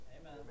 Amen